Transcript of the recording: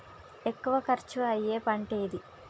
ఎక్కువ ఖర్చు అయ్యే పంటేది?